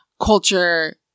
culture